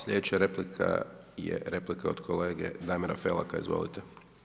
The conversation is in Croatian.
Slijedeća replika je replika od kolege Damira Felaka, izvolite.